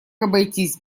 обойтись